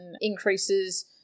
increases